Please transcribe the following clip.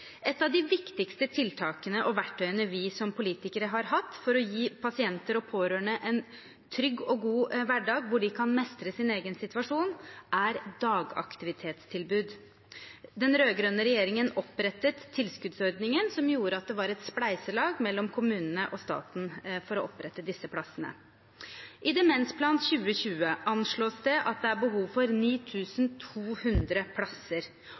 Et av de viktigste tiltakene og verktøyene vi som politikere har hatt for å gi pasienter og pårørende en trygg og god hverdag hvor de kan mestre sin egen situasjon, er dagaktivitetstilbud. Den rød-grønne regjeringen opprettet tilskuddsordningen som gjorde at det var et spleiselag mellom kommunene og staten for å opprette disse plassene. I Demensplan 2020 anslås det at det er behov for 9 200 plasser.